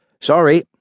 Sorry